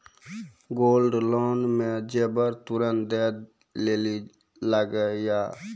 Gold loan मे जेबर तुरंत दै लेली लागेया?